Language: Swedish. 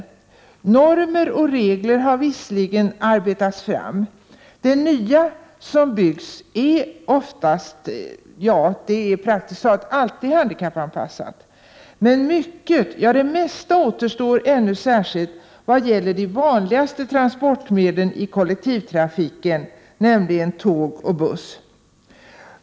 Normer och regler har visserligen i stor utsträckning arbetats fram. Det nya som byggs är nästan alltid handikappanpassat, men mycket, ja det mesta, återstår ännu, särskilt i vad gäller de vanligaste transportmedlen i kollektivtrafiken, nämligen tåg och buss.